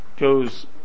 goes